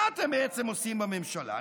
מה אתה בעצם עושים בממשלה?